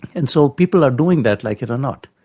and so people are doing that, like it or not.